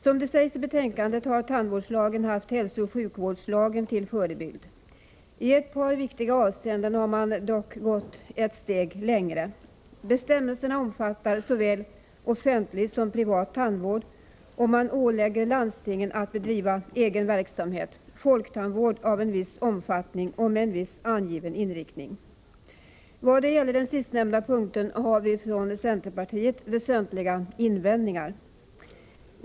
Som det sägs i betänkandet har tandvårdslagen haft hälsooch sjukvårdslagen som förebild. I ett par viktiga avseenden har man dock gått ett steg längre. Bestämmelserna omfattar såväl offentlig som privat tandvård, och man ålägger landstingen att bedriva egen verksamhet — folktandvård — av en viss omfattning och med en viss angiven inriktning. När det gäller den sistnämnda punkten har vi från centerpartiet väsentliga invändningar.